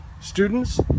students